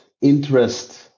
interest